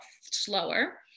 slower